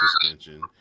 suspension